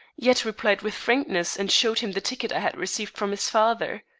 yet replied with frankness and showed him the ticket i had received from his father.